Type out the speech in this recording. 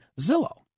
Zillow